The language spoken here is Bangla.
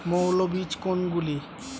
মৌল বীজ কোনগুলি?